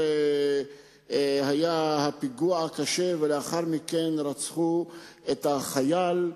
היה הפיגוע הקשה ולאחר מכן רצחו את החייל.